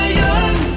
young